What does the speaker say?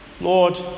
Lord